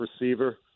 receiver